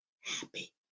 happy